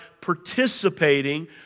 participating